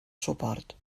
suport